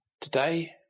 Today